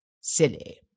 silly